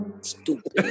Stupid